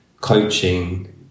coaching